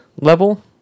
level